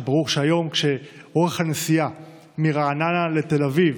כי ברור שהיום כשאורך הנסיעה מרעננה לתל אביב,